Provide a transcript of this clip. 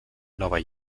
nova